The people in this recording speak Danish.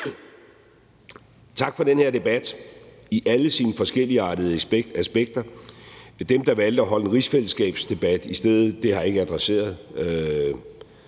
Tak for den her debat i alle dens forskelligartede aspekter. I forhold til dem, der valgte at holde en rigsfællesskabsdebat i stedet, vil jeg sige, at det